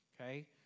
okay